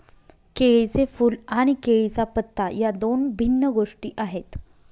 केळीचे फूल आणि केळीचा पत्ता या दोन भिन्न गोष्टी आहेत